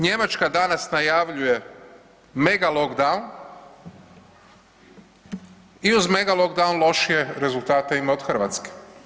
Njemačka danas najavljuje mega lockdown i uz mega lockdown lošije rezultate ima od Hrvatske.